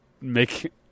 make